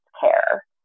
care